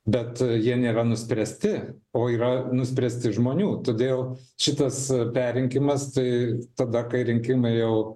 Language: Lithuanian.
bet jie nėra nuspręsti o yra nuspręsti žmonių todėl šitas perrinkimas tai tada kai rinkimai jau